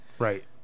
Right